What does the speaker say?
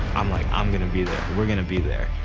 i'm like, i'm gonna be there. we're gonna be there.